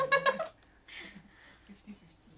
mmhmm apa-apa pun pekak